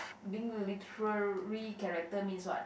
being literary character means what